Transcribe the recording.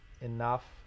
enough